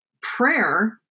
prayer